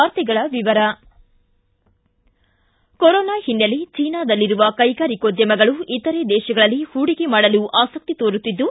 ವಾರ್ತೆಗಳ ವಿವರ ಕೊರೊನಾ ಹಿನ್ನೆಲೆ ಚೀನಾದಲ್ಲಿರುವ ಕೈಗಾರಿಕೋದ್ಖಮಗಳು ಇತರೆ ದೇಶಗಳಲ್ಲಿ ಹೂಡಿಕೆ ಮಾಡಲು ಆಸಕ್ತಿ ತೋರುತ್ತಿದ್ದು